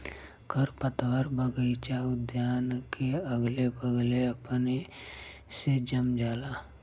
खरपतवार बगइचा उद्यान के अगले बगले अपने से जम जाला